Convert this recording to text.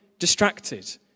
distracted